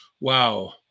wow